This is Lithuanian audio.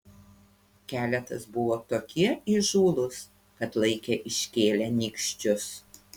keletas buvo tokie įžūlūs kad laikė iškėlę nykščius